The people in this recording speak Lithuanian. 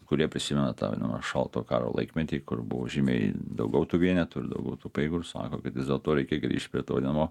kurie prisimena tą vadinamą šaltojo karo laikmetį kur buvo žymiai daugiau tų vienetų ir daugiau tų pajėgų ir sako kad vis dėlto reikia grįžt prie to vadinamo